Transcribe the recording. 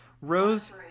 Rose